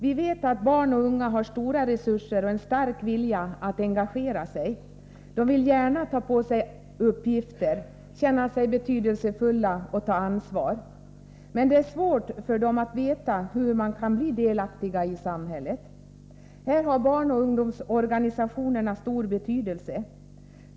Vi vet att barn och unga har stora resurser och en stark vilja att engagera sig. De vill gärna ta på sig uppgifter, känna sig betydelsefulla och ta ansvar. Men det är svårt för dem att veta hur man kan bli delaktig i samhället. Här har barnoch ungdomsorganisationerna stor betydelse.